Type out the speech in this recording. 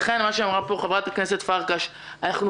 לכן מה שאמרה פה חברת הכנסת פרקש הכהן נכון